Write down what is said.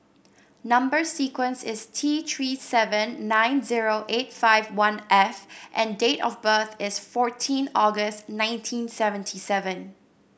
number sequence is T Three seven nine zero eight five one F and date of birth is fourteen August nineteen seventy seven